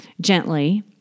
gently